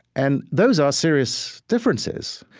and those are serious differences.